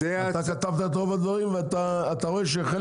אתה כתבת את רוב הדברים ואתה רואה שחלק